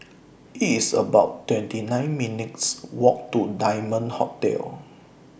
It's about twenty nine minutes' Walk to Diamond Hotel